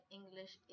English